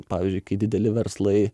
pavyzdžiui kai dideli verslai